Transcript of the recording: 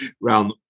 round